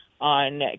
on